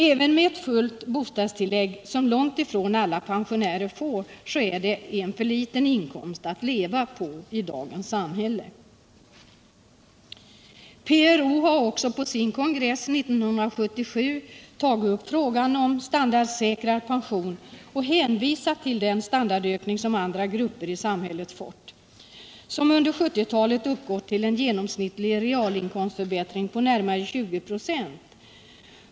Även med ett fullt bostadstillägg, som långt ifrån alla pensionärer får, är det en för liten inkomst att leva på i dagens samhälle. PRO har på sin kongress 1977 också tagit upp frågan om standardsäkrad pension och hänvisat till den standardökning som andra grupper i samhället fått och som under 1970-talet uppgått till en genomsnittlig realinkomstförbättring på närmare 20 96.